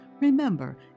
Remember